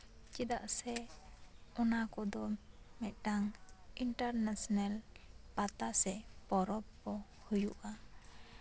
ᱪᱮᱫᱟᱜ ᱥᱮ ᱚᱱᱟ ᱠᱚᱫᱚ ᱢᱤᱫᱴᱟᱝ ᱤᱱᱴᱟᱨᱱᱮᱥᱱᱮᱞ ᱯᱟᱛᱟ ᱥᱮ ᱯᱚᱨᱚᱵᱽ ᱠᱚ ᱦᱩᱭᱩᱜ ᱼᱟ